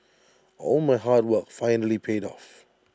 all my hard work finally paid off